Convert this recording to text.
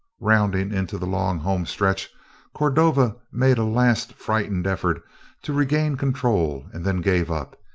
rounding into the long home stretch cordova made a last frightened effort to regain control and then gave up,